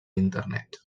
internet